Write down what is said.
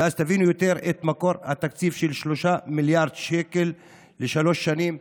ואז תבינו יותר את מקור התקציב של 3 מיליארד שקל לשלוש שנים,